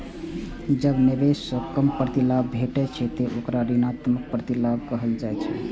जब निवेश सं कम प्रतिलाभ भेटै छै, ते ओकरा ऋणात्मक प्रतिलाभ कहल जाइ छै